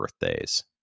birthdays